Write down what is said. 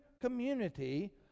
community